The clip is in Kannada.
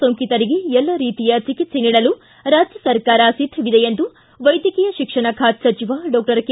ಸೋಂಕಿತರಿಗೆ ಎಲ್ಲ ರೀತಿಯ ಚಿಕಿತ್ಸೆ ನೀಡಲು ರಾಜ್ಯ ಸರ್ಕಾರ ಸಿದ್ದವಿದೆ ಎಂದು ವೈದ್ಯಕೀಯ ಶಿಕ್ಷಣ ಖಾತೆ ಸಚಿವ ಡಾಕ್ಷರ್ ಕೆ